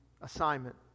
assignment